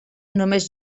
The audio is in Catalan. només